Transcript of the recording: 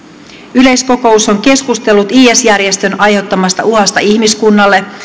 yleiskokous on keskustellut is järjestön aiheuttamasta uhasta ihmiskunnalle